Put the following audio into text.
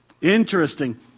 Interesting